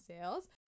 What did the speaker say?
sales